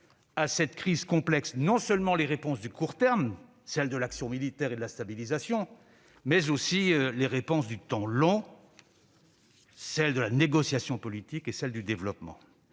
à cette crise complexe, non seulement les réponses du court terme, celles de l'action militaire et de la stabilisation, mais aussi les réponses du temps long, celles de la négociation politique et du développement.